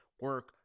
Work